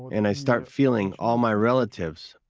and i start feeling all my relatives,